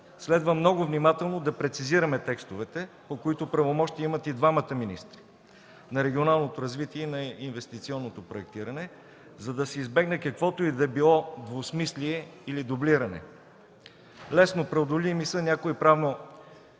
следва много внимателно да прецизираме текстовете, по които правомощия имат и двамата министри – на регионалното развитие и на инвестиционното проектиране, за да се избегне каквото и да било двусмислие или дублиране. Лесно преодолими са някои